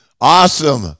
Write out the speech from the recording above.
awesome